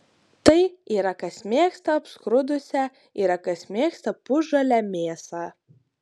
tai yra kas mėgsta apskrudusią yra kas mėgsta pusžalę mėsą